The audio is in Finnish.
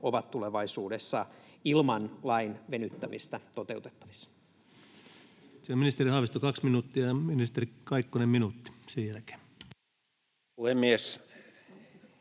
ovat tulevaisuudessa ilman lain venyttämistä toteutettavissa? Kiitoksia. — Ministeri Haavisto, kaksi minuuttia, ja ministeri Kaikkonen, minuutti,